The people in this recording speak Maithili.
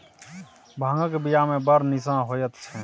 भांगक बियामे बड़ निशा होएत छै